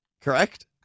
Correct